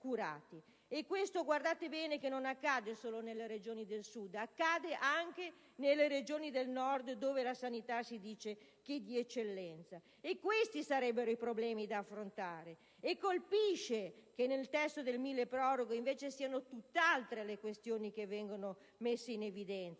E questo, badate bene, non accade solo nelle Regioni del Sud, ma anche nelle Regioni del Nord, dove si dice che la sanità è di eccellenza. Questi sarebbero i problemi da affrontare. Colpisce che invece nel testo del milleproroghe siano tutt'altre le questioni che vengono messe in evidenza,